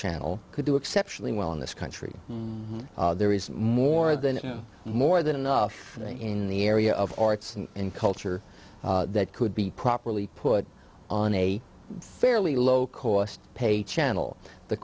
channel could do exceptionally well in this country there is more than more than enough in the area of arts and culture that could be properly put on a fairly low cost paid channel the